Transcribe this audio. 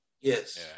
Yes